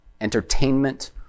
entertainment